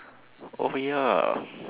oh ya